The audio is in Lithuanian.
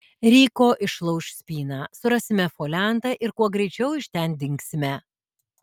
ryko išlauš spyną surasime foliantą ir kuo greičiau iš ten dingsime